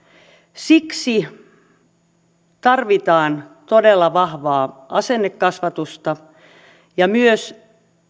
siksi tarvitaan todella vahvaa asennekasvatusta ja myös